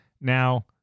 Now